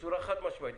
בצורה חד-משמעית.